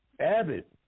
Abbott